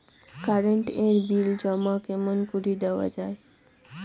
Current এর bill জমা কেমন করি দেওয়া যায়?